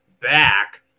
back